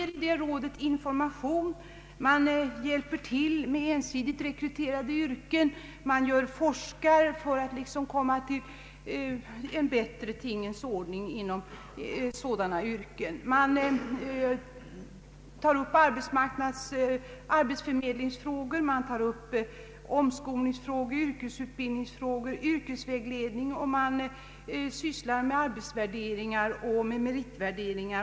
Rådet ger information, och det bedriver forskning för att komma fram till en bättre tingens ordning inom ensidigt rekryterade yrken. Det tar upp frågor om arbetsförmedling, omskolning, yrkesutbildning och yrkesvägledning, och det sysslar med arbetsvärdering och meritvärdering.